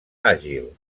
àgil